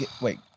wait